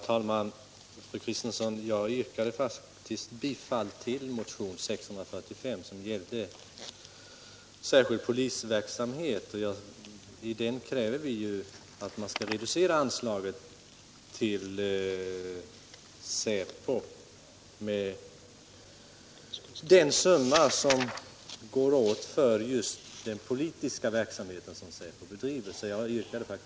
Herr talman! Jag yrkade faktiskt bifall till motionen 645 om särskild polisverksamhet, fru Kristensson. I den kräver vi att man skall reducera anslaget till säpo med den summa som går åt just för den politiska verksamhet som säpo bedriver.